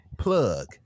plug